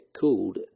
cooled